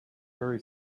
very